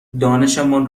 دانشمان